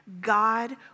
God